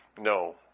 no